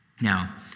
Now